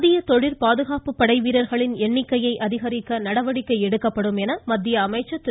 மத்திய தொழிற்பாதுகாப்பு படைவீரர்களின் எண்ணிக்கையை அதிகரிக்க நடவடிக்கை எடுக்கப்படும் என மத்திய அமைச்சர் திரு